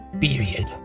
period